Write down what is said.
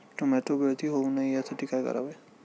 Tomato गळती होऊ नये यासाठी काय करावे?